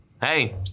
hey